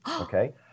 okay